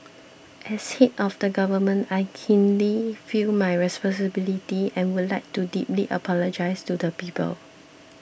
as head of the government I keenly feel my responsibility and would like to deeply apologise to the people